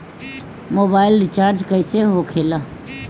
Mobile recharge कैसे होखे ला?